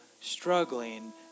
struggling